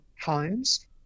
homes